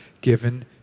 given